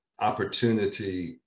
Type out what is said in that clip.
opportunity